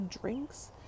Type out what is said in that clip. drinks